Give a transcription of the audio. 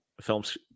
films